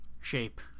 shape